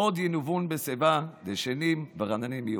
"עוד ינובון בשיבה דשנים ורעננים יהיו".